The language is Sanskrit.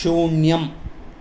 शून्यम्